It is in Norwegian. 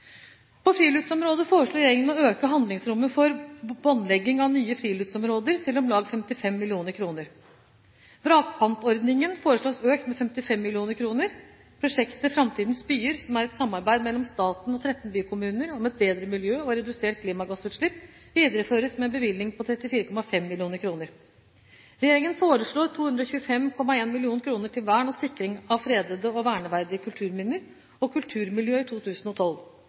På friluftsområdet foreslår regjeringen å øke handlingsrommet for båndlegging av nye friluftsområder til om lag 55 mill. kr. Vrakpantordningen foreslås økt med 55 mill. kr. Prosjektet «Framtidens byer», som er et samarbeid mellom staten og 13 bykommuner om et bedre miljø og reduserte klimagassutslipp, videreføres med en bevilgning på 34,5 mill. kr. Regjeringen foreslår 225,1 mill. kr til vern og sikring av fredede og verneverdige kulturminner og kulturmiljø i 2012.